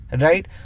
Right